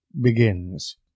begins